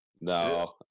no